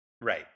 Right